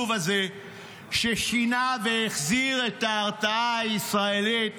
הזה ששינה והחזיר את ההרתעה הישראלית,